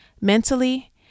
mentally